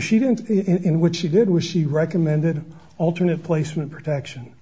she didn't and what she did was she recommended alternate placement protection